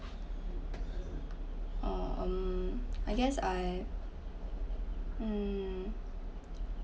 uh um I guess I um